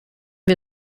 wir